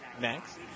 next